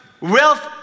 wealth